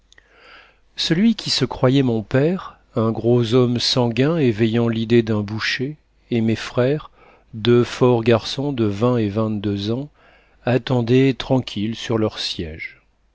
celui qui se croyait mon père un gros homme sanguin éveillant l'idée d'un boucher et mes frères deux forts garçons de vingt et de vingt-deux ans attendaient tranquilles sur leurs sièges